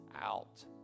out